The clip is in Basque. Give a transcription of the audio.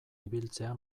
ibiltzea